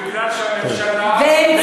מפני שהממשלה מעולם לא